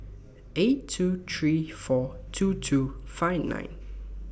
eight two three four two two five nine